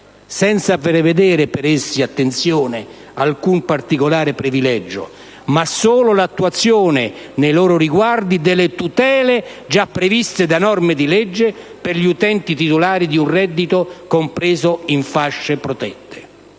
senza prevedere per essi alcun particolare privilegio, ma solo l'attuazione nei loro riguardi delle tutele già previste da norme di legge per gli utenti titolari di un reddito compreso in fasce protette.